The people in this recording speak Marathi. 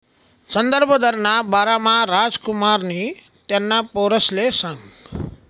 संदर्भ दरना बारामा रामकुमारनी त्याना पोरसले सांगं